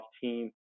team